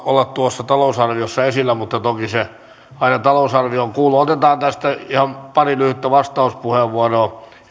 olla tuossa talousarviossa esillä mutta toki se aina talousarvioon kuuluu otetaan tästä ihan pari lyhyttä vastauspuheenvuoroa